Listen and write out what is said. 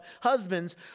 husbands